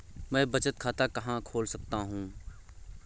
मैं बचत खाता कहाँ खोल सकता हूँ?